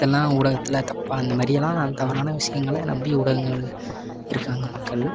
இதெலாம் ஊடகத்தில் தப்பாக அந்தமாதிரியெல்லாம் தவறான விஷயங்களை நம்பி ஊடகங்கள் இருக்காங்க மக்கள்